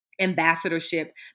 ambassadorship